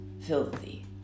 filthy